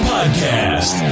Podcast